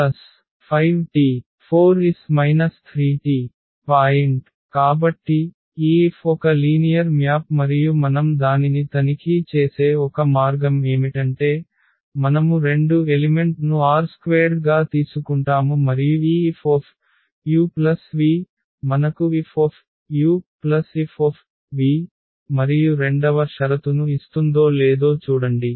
కాబట్టి ఈ F ఒక లీనియర్ మ్యాప్ మరియు మనం దానిని తనిఖీ చేసే ఒక మార్గం ఏమిటంటే మనము రెండు ఎలిమెంట్ ను R² గా తీసుకుంటాము మరియు ఈ Fu v మనకు F F మరియు రెండవ షరతును ఇస్తుందో లేదో చూడండి